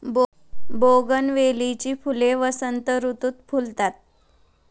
बोगनवेलीची फुले वसंत ऋतुत फुलतात